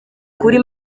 kuri